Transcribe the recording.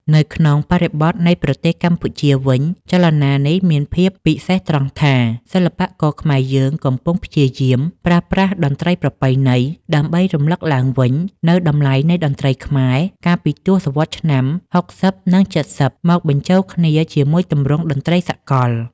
នៅក្នុងបរិបទនៃប្រទេសកម្ពុជាវិញ ចលនានេះមានភាពពិសេសត្រង់ថា សិល្បករខ្មែរយើងកំពុងព្យាយាមប្រើប្រាស់តន្ត្រីប្រពៃណី ដើម្បីរំលឹកឡើងវិញនូវតម្លៃនៃតន្ត្រីខ្មែរ កាលពីទសវត្សរ៍ឆ្នាំ ៦០ និង ៧០ មកបញ្ចូលគ្នាជាមួយទម្រង់តន្ត្រីសកល។